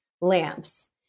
lamps